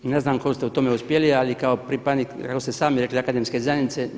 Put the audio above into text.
Ne znam kako ste u tome uspjeli, ali kao pripadnik kako ste sami rekli akademske zajednice.